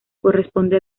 corresponde